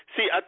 See